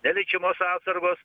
neliečiamos atsargos